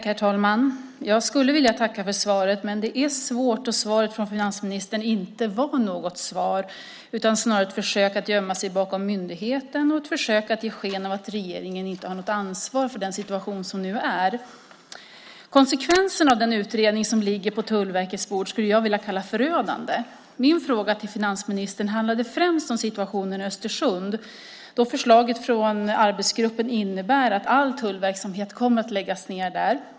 Herr talman! Jag skulle vilja tacka för svaret, men det är svårt då svaret från finansministern inte var något svar utan snarare ett försök ett gömma sig bakom myndigheten och ett försök att ge sken av att regeringen inte har något ansvar för den situation som nu råder. Konsekvensen av den utredning som ligger på Tullverkets bord skulle jag vilja kalla förödande. Min fråga till finansministern handlade främst om situationen i Östersund. Förslaget från arbetsgruppen innebär att all tullverksamhet kommer att läggas ned där.